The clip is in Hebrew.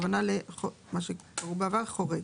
הכוונה למה שקראו בעבר חורג.